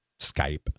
Skype